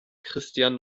christian